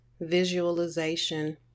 Visualization